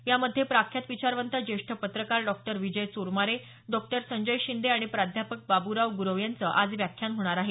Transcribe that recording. यामध्ये प्रख्यात विचारवंत ज्येष्ठ पत्रकार डॉ विजय चोरमारे डॉ संजय शिंदे आणि प्राध्यापक बाब्राव गुरव यांचं आज व्याख्यान होणार आहे